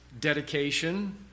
dedication